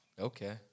Okay